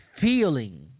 feeling